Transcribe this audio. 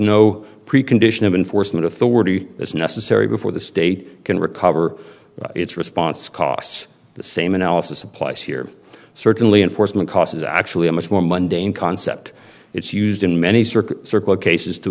no precondition of enforcement authority is necessary before the state can recover its response costs the same analysis applies here certainly enforcement cost is actually a much more mundane concept it's used in many circles circle cases